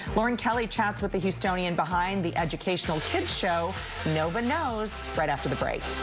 lauren kelly chats with the houstonian behind the educational kids show nova knows right after the break.